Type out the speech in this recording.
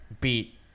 beat